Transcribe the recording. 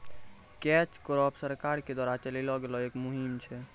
catch कॉर्प सरकार के द्वारा चलैलो गेलो एक मुहिम छै